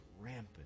rampant